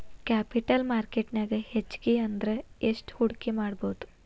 Capital market ನ್ಯಾಗ್ ಹೆಚ್ಗಿ ಅಂದ್ರ ಯೆಸ್ಟ್ ಹೂಡ್ಕಿಮಾಡ್ಬೊದು?